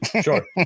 sure